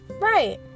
Right